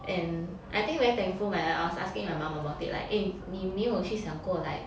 and I think very thankful I was asking my mum about it like eh 你没有去想过 like